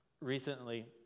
Recently